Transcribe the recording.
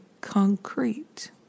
concrete